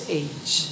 age